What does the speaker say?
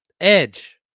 edge